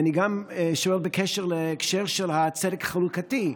אני גם שואל בקשר להקשר של הצדק החלוקתי.